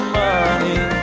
money